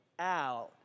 out